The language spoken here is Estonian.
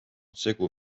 segu